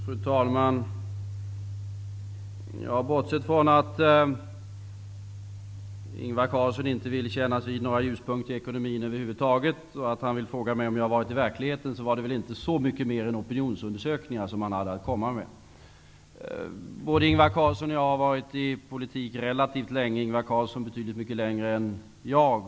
Fru talman! Bortsett från att Ingvar Carlsson inte ville kännas vid några ljuspunkter i ekonomin över huvud taget och att han frågade mig om jag varit ute i verkligheten, var det väl inte så mycket mer än opinionsundersökningar han hade att komma med. Både Ingvar Carlsson och jag har varit verksamma inom politiken relativt länge; Ingvar Carlsson betydligt längre än jag.